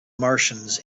martians